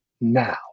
now